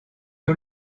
que